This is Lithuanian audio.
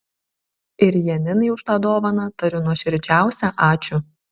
ir janinai už tą dovaną tariu nuoširdžiausią ačiū